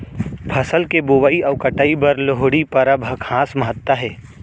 फसल के बोवई अउ कटई बर लोहड़ी परब ह खास महत्ता हे